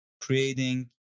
creating